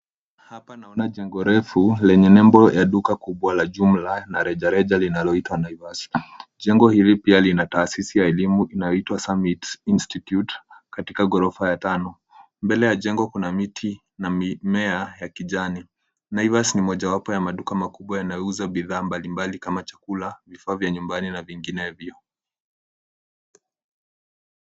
Hapa naona jengo refu lenye nembo ya duka kubwa la jumla na rejareja linaloitwa Naivas. Jengo hili pia lina taasisi ya elimu inayoitwa Summit Institute katika gorofa ya tano. Mbele ya jengo kuna miti na mimea ya kijani. Naivas ni mojawapo ya maduka makubwa yanayouza bidhaa mbalimbali kama chakula, vifaa vya nyumbani na vinginevyo.